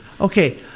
Okay